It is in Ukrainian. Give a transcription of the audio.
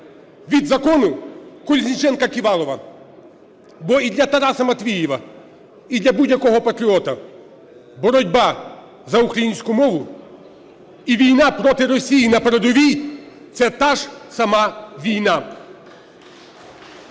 від Закону Колесніченка-Ківалова. Бо і для Тараса Матвіїва, і для будь-якого патріота боротьба за українську мову і війна проти Росії на передовій – це та ж сама війна.